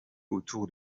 autour